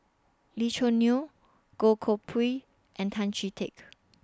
Lee Choo Neo Goh Koh Pui and Tan Chee Teck